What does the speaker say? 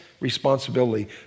responsibility